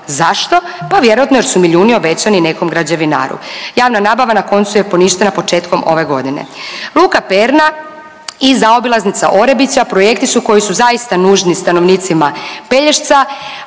Zašto? Pa vjerojatno jer su milijuni obećani nekom građevinaru. Javna nabava na koncu je poništena početkom ove godine. Luka Perna i zaobilaznica Orebića projekti koji su zaista nužni stanovnicima Pelješca